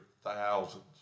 thousands